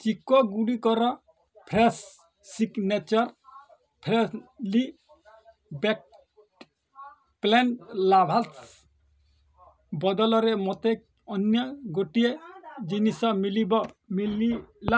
ଚିକ୍କୋ ଗୁଡ଼ିକର fresh signature freshly bake plain lavash ବଦଳରେ ମୋତେ ଅନ୍ୟ ଗୋଟିଏ ଜିନିଷ ମିଲିବ ମିଲିଲା